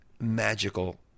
magical